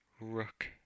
Rook